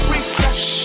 Refresh